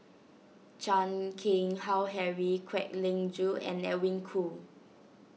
Chan Keng Howe Harry Kwek Leng Joo and Edwin Koo